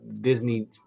Disney